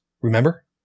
remember